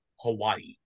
Hawaii